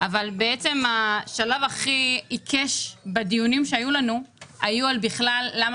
אבל בעצם השלב הכי עיקש בדיונים שהיו לנו היה על למה